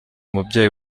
umubyeyi